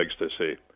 ecstasy